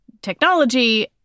technology